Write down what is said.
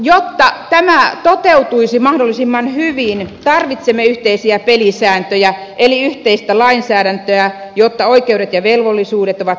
jotta tämä toteutuisi mahdollisimman hyvin tarvitsemme yhteisiä pelisääntöjä eli yhteistä lainsäädäntöä jotta oikeudet ja velvollisuudet ovat kaikille samat